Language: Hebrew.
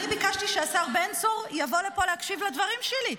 אני ביקשתי שהשר בן צור יבוא לפה להקשיב לדברים שלי.